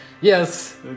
yes